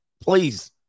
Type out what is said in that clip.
please